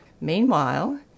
Meanwhile